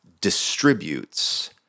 distributes